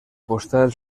postal